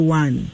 one